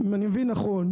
אם אני מבין נכון,